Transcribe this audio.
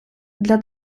для